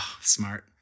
Smart